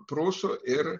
prūsų ir